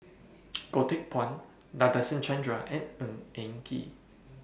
Goh Teck Phuan Nadasen Chandra and Ng Eng Kee